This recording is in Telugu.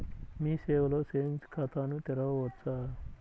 మీ సేవలో సేవింగ్స్ ఖాతాను తెరవవచ్చా?